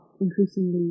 increasingly